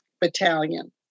Battalion